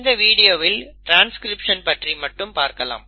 இந்த வீடியோவில் ட்ரான்ஸ்கிரிப்ஷன் பற்றி மட்டும் பார்க்கலாம்